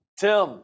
Tim